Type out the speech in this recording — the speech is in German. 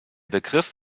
begriff